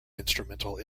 instrumental